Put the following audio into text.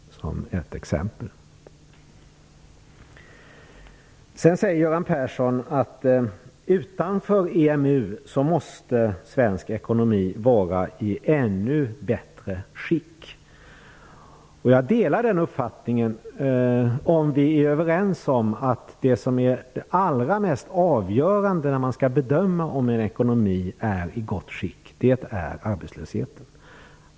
Sedan säger Göran Persson att utanför EMU måste svensk ekonomi vara i ännu bättre skick. Jag delar den uppfattningen, om vi är överens om att det allra mest avgörande, när man skall bedöma om en ekonomi är i gott skick, är arbetslösheten.